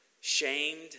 shamed